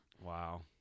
Wow